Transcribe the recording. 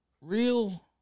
real